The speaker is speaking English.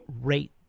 rate